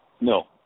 No